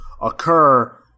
occur